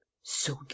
So